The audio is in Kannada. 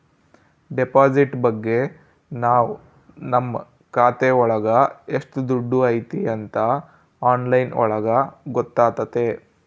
ಡೆಪಾಸಿಟ್ ಬಗ್ಗೆ ನಾವ್ ನಮ್ ಖಾತೆ ಒಳಗ ಎಷ್ಟ್ ದುಡ್ಡು ಐತಿ ಅಂತ ಆನ್ಲೈನ್ ಒಳಗ ಗೊತ್ತಾತತೆ